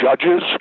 judges